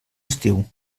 estiu